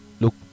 look